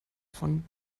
von